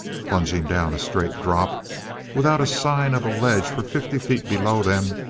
plunging down a straight drop without a sign of a ledge for fifty feet below them,